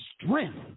strength